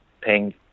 paying